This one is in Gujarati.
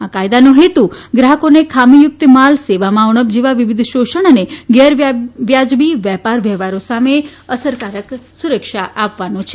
આ કાયદાનો હેતુ ગ્રાહકોને ખામીયુક્ત માળ સેવામાં ઉણપ જેવા વિવિધ શોષણ સામે ગેરવ્યાજબી વેપાર વ્યવહારો સામે અસરકારક સુરક્ષા આપવાનો છે